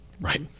right